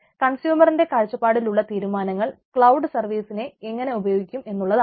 കൺസ്യൂമറിന്റെ കാഴ്ചപ്പാടിലുള്ള തീരുമാനങ്ങൾ ക്ലൌഡ് സർവീസിനെ എങ്ങനെ ഉപയോഗിക്കണം എന്നുള്ളതാണ്